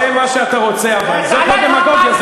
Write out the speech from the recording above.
זאת לא דמגוגיה.